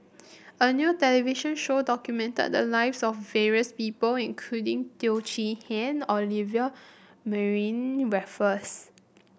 a new television show documented the lives of various people including Teo Chee Hean Olivia Mariamne Raffles